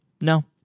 no